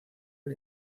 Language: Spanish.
del